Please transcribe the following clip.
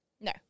No